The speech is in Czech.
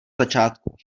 začátku